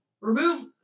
remove